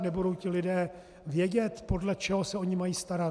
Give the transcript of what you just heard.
Nebudou ti lidé vědět, podle čeho se o ni mají starat?